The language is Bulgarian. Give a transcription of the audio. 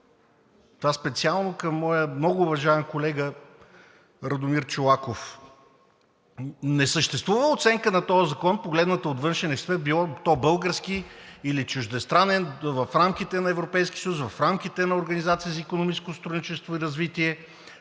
Това специално към моя много уважаван колега Радомир Чолаков. Не съществува оценка на този закон, погледнато от външен експерт, било то български или чуждестранен, в рамките на Европейския съюз, в рамките на Организацията за икономическо сътрудничество и развитие,